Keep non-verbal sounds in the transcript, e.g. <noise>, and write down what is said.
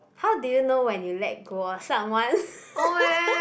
how do you know when you let go of someone <laughs>